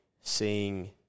seeing